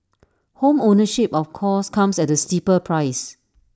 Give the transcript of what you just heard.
home ownership of course comes at A steeper price